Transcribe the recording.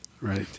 Right